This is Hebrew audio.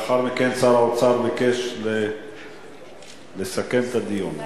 לאחר מכן שר האוצר ביקש לסכם את הדיון,